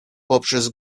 poprzez